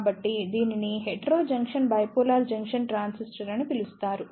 కాబట్టి దీనిని hetero junction bipolar junction transistor అని పిలుస్తారు